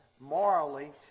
Morally